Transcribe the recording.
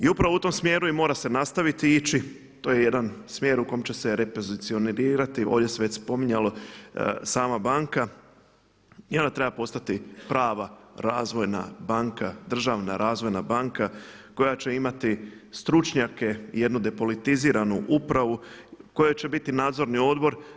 I upravo u tom smjeru i mora se nastaviti ići, to je jedan smjer u kom će se repozicionirati, ovdje se već spominjalo sama banka i ona treba postati prava razvojna banka, državna razvojna banka koja će imati stručnjake i jednu depolitiziranu upravu kojoj će biti nadzorni odbor.